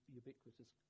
ubiquitous